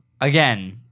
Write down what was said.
again